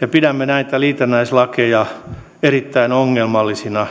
ja pidämme näitä liitännäislakeja erittäin ongelmallisina